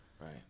right